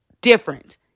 different